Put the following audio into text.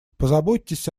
позаботьтесь